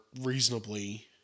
reasonably